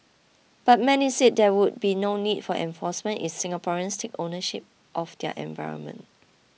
but many said there would be no need for enforcement if Singaporeans take ownership of their environment